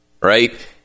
right